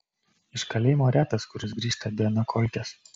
iš kalėjimo retas kuris grįžta be nakolkės